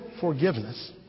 forgiveness